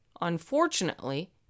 Unfortunately